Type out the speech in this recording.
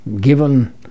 given